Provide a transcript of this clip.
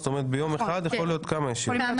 זאת אומרת, ביום אחד יכולות להיות מספר ישיבות.